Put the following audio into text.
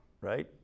Right